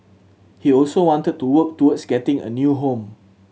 he also wanted to work towards getting a new home